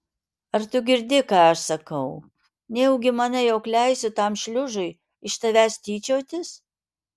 ar tu girdi ką aš sakau nejaugi manai jog leisiu tam šliužui iš tavęs tyčiotis